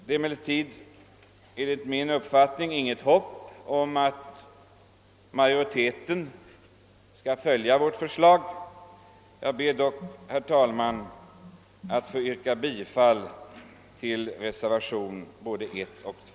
Det finns enligt min uppfattning inget hopp om att majoriteten skall följa vårt förslag. Jag ber dock, herr talman, att få yrka bifall till reservationerna I och II.